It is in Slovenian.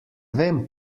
vem